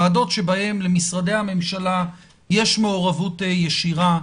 ועדות שבהם למשרדי הממשלה יש מעורבות ישירה.